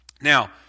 Now